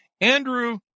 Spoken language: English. andrew